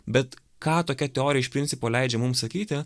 bet ką tokia teorija iš principo leidžia mums sakyti